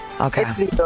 Okay